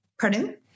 Pardon